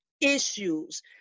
Issues